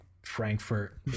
frankfurt